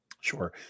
Sure